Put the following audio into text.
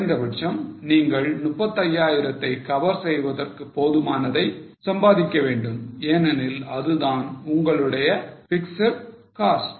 குறைந்தபட்சம் நீங்கள் 35000 தை cover செய்வதற்கு போதுமானதை சம்பாதிக்க வேண்டும் ஏனெனில் அதுதான் உங்களுடைய பிக்ஸட் காஸ்ட்